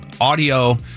audio